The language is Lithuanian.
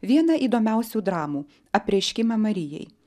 vieną įdomiausių dramų apreiškimą marijai